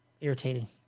Irritating